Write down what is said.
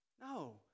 No